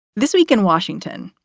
this week in washington,